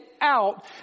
out